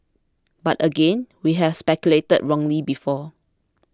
but again we have speculated wrongly before